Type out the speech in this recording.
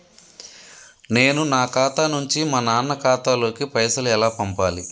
నేను నా ఖాతా నుంచి మా నాన్న ఖాతా లోకి పైసలు ఎలా పంపాలి?